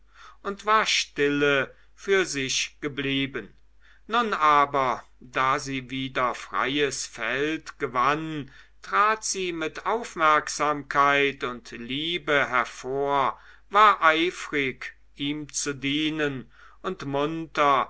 und war stille für sich geblieben nun aber da sie wieder freies feld gewann trat sie mit aufmerksamkeit und liebe hervor war eifrig ihm zu dienen und munter